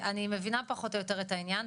אני מבינה פחות או יותר את העניין.